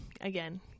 Again